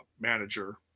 manager